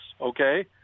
okay